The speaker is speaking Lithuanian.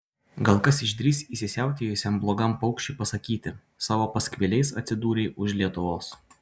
gal kas išdrįs įsisiautėjusiam blogam paukščiui pasakyti savo paskviliais atsidūrei už lietuvos